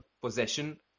possession